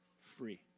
free